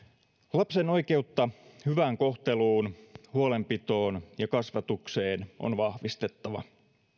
lapsen oikeutta hyvään kohteluun huolenpitoon ja kasvatukseen on vahvistettava